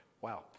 Wow